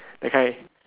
that kind